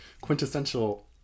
quintessential